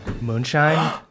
Moonshine